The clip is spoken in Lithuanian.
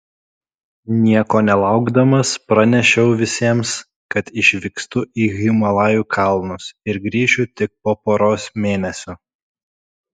nieko nelaukdamas pranešiau visiems kad išvykstu į himalajų kalnus ir grįšiu tik po poros mėnesių